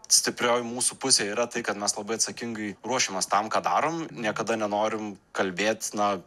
stiprioji mūsų pusė yra tai kad mes labai atsakingai ruošiamės tam ką darom niekada nenorim kalbėt na